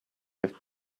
have